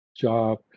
job